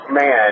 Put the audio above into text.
man